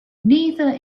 neither